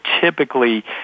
Typically